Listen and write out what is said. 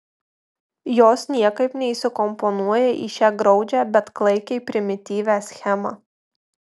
jos niekaip neįsikomponuoja į šią graudžią bet klaikiai primityvią schemą